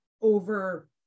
over